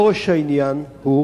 שורש העניין הוא